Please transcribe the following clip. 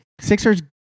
Sixers